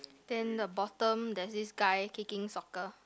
then the bottom there's this guy kicking soccer